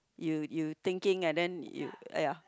you you thinking and then you ya